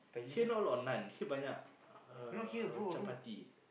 here not a lot of naan here banyak chapati